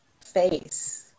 face